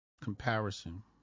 Comparison